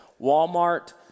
Walmart